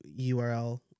URL